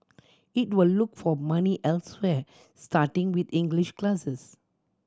it will look for money elsewhere starting with English classes